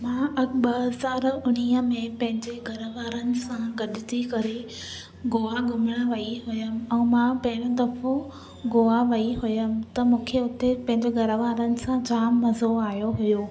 मां ॿ हज़ार उणिवींह में पंहिंजे घरु वारनि सां गॾु थी करे गोवा घुमण वई हुयमि ऐं मां पहिरों दफ़ो गोवा वई हुयमि त मूंखे हुते पंहिंजे घरु वारनि सां जाम मज़ो आयो हुयो